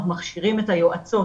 אנחנו מכשירים את היועצות